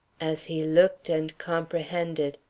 as he looked and comprehended,